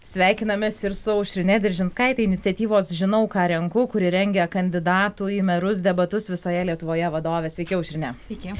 sveikinamės ir su aušrine deržinskaite iniciatyvos žinau ką renku kuri rengia kandidatų į merus debatus visoje lietuvoje vadovė sveiki aušrine